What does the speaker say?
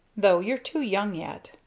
though you're too young yet.